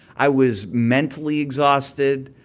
i was mentally exhausted.